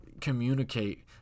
communicate